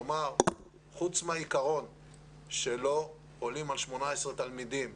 כלומר, חוץ מהעיקרון שלא עולים על 18 תלמידים